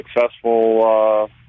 successful